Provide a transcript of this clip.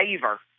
favor